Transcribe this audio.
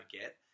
get